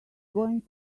going